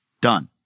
Done